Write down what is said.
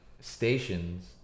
stations